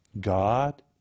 God